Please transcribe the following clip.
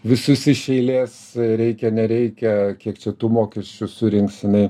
visus iš eilės reikia nereikia kiek čia tų mokesčių surinks jinai